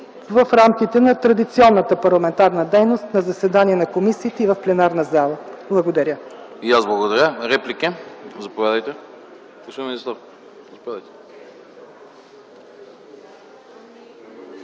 в рамките на традиционната парламентарна дейност на заседания на комисиите и в пленарната зала. Благодаря.